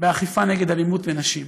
באכיפה נגד אלימות בנשים,